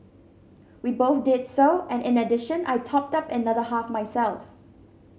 we both did so and in addition I topped up another half myself